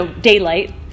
daylight